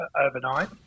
overnight